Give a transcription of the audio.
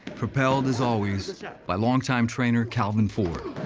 propelled, as always by long-time trainer calvin ford.